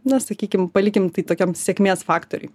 na sakykim palikim tai tokiam sėkmės faktoriui